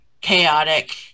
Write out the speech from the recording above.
chaotic